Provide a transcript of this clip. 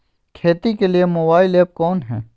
खेती के लिए मोबाइल ऐप कौन है?